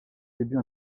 débuts